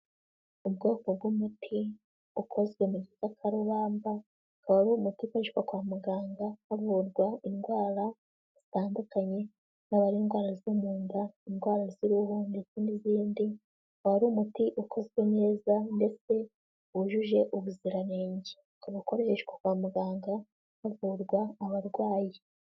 Ubwoko bw'umuti ukozwe mu gitakakarubamba, ukaba ari umuti ukoreshwa kwa muganga havurwa indwara zitandukanye, zaba ari indwara zo mu nda, indwara z'uruhu, ndetse n'izindi, ukaba ari umuti ukozwe neza ndetse wujuje ubuziranenge, ukaba ukoreshwa kwa muganga havurwa abarwayi.